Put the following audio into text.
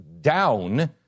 down